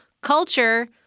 culture